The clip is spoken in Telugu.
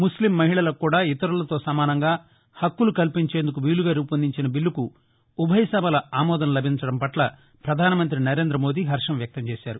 ముస్లిం మహిళలకు కూడా ఇతరులతో సమానంగా హక్కులు కల్పించేందుకు వీలుగా రూపొందించిన బిల్లకు ఉభయ సభల ఆమోదం లభించడం పట్ల ప్రధాన మంతి సరేంద్ర మోదీ హర్షం వ్యక్తం చేశారు